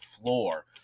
floor